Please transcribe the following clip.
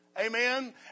Amen